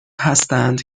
هستند